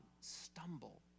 stumble